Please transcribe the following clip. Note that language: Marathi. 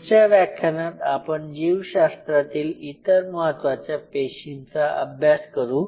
पुढच्या व्याख्यानात आपण जीवशास्त्रातील इतर महत्त्वाच्या पेशींचा अभ्यास करू